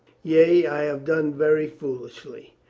yea, i have done very foolishly.